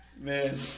Man